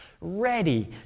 ready